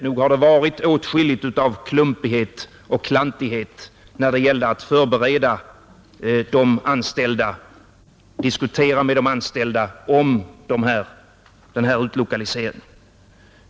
Nog har det varit åtskilligt av klumpighet och klantighet när det gällde att förbereda de anställda och diskutera med dem om denna utlokalisering.